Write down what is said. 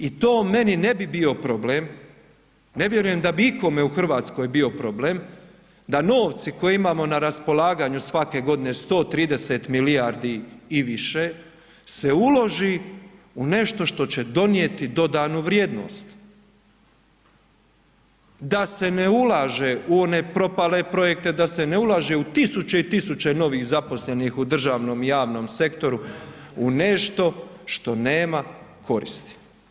I to meni ne bi bio problem, ne vjerujem da bi ikome u Hrvatskoj bio problem da novci koje imamo na raspolaganju svake godine, 130 milijardi i više, se uloži u nešto što će donijeti dodanu vrijednost, da se ne ulaže u one propale projekte, da se ne ulaže u tisuće i tisuće novih zaposlenih u državnom i javnom sektoru u nešto što nema koristi.